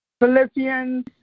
Philippians